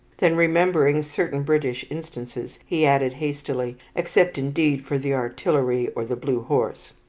then, remembering certain british instances, he added hastily except, indeed, for the artillery, or the blue horse.